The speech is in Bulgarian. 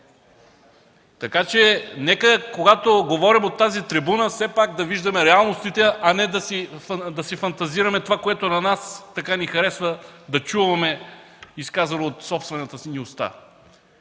небесни. Нека, когато говорим от тази трибуна, все пак да виждаме реалностите, а не да си фантазираме, което на нас ни харесва да чуваме, изказано от собствената ни уста.